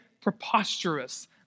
preposterous